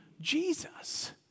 Jesus